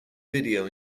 video